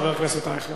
חבר הכנסת אייכלר,